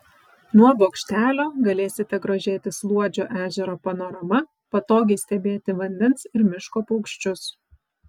nuo bokštelio galėsite grožėtis luodžio ežero panorama patogiai stebėti vandens ir miško paukščius